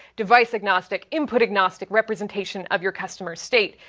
device agnostic, input agnostic, representation of your customers state,